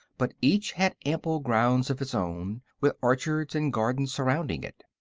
but each had ample grounds of its own, with orchards and gardens surrounding it.